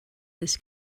this